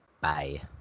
bye